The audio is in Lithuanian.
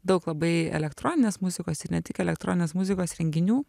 daug labai elektroninės muzikos ir ne tik elektroninės muzikos renginių